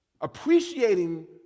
appreciating